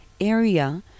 area